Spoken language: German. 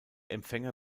empfänger